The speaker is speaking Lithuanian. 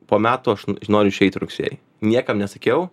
po metų aš noriu išeiti rugsėjį niekam nesakiau